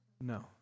No